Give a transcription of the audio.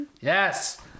yes